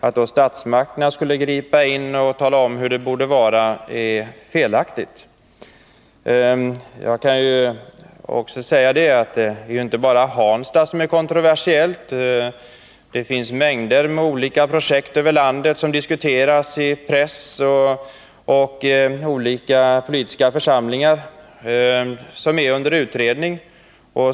Att då statsmakterna skulle gripa in och tala om hur det borde vara är felaktigt. Jag kan också säga att det inte bara är Hansta som är kontroversiellt. Det finns mängder med olika projekt över landet som är under utredning och som diskuteras i pressen och i olika politiska församlingar.